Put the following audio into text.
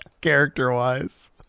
Character-wise